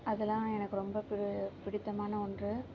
அதெலாம் எனக்கு ரொம்ப பிடித்தமான ஒன்று